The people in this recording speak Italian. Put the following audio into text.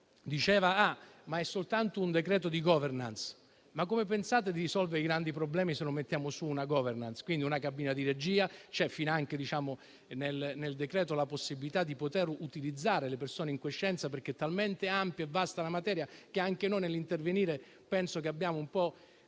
che è soltanto un decreto di *governance*. Ma come pensate di risolvere i grandi problemi se non mettendo su una *governance*, quindi una cabina di regia? C'è finanche, nel decreto, la possibilità di utilizzare le persone in quiescenza perché è talmente ampia e vasta la materia che anche noi nell'intervenire abbiamo un po'